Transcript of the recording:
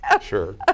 Sure